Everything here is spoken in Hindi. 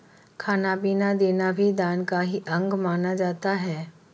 खाना पीना देना भी दान का ही अंग माना जाता है